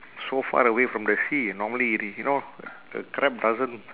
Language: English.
so far away from the sea normally it you know a crab doesn't